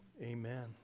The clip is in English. amen